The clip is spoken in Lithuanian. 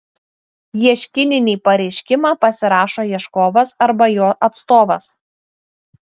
ieškininį pareiškimą pasirašo ieškovas arba jo atstovas